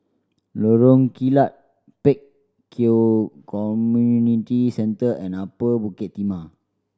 Lorong Kilat Pek Kio Community Centre and Upper Bukit Timah